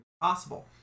possible